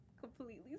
completely